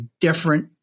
different